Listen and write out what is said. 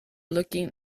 looking